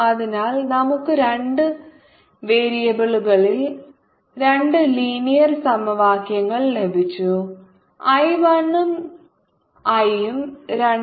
അതിനാൽ നമുക്ക് രണ്ട് വേരിയബിളുകളിൽ രണ്ട് ലീനിയർ സമവാക്യങ്ങൾ ലഭിച്ചു I 1 ഉം I ഉം 2